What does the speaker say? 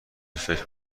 فکر